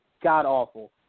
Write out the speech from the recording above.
god-awful